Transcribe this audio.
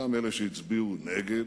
גם אלה שהצביעו נגד,